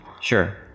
Sure